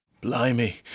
Blimey